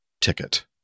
ticket